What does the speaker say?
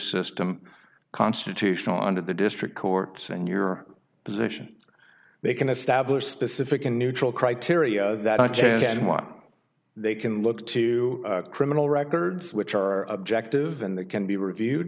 system constitutional under the district courts in your position they can establish specific and neutral criteria that i just want they can look to criminal records which are objective and that can be reviewed